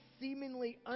seemingly